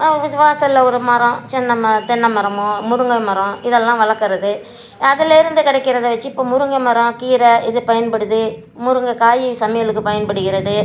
இது வாசல்ல ஒரு மரம் சின்ன மரம் தென்ன மரமோ முருங்கை மரம் இதெல்லாம் வளர்க்குறது அதுலேயிருந்து கிடைக்கிறத வச்சு இப்போ முருங்கை மரம் கீரை இது பயன்படுது முருங்கைக்காய் சமையலுக்கு பயன்படுகிறது